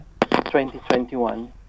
2021